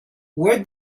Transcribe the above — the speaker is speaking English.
where